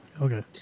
Okay